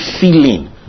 feeling